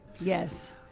yes